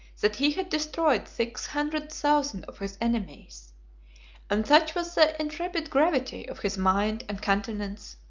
that he had destroyed six hundred thousand of his enemies and such was the intrepid gravity of his mind and countenance,